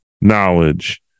knowledge